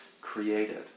created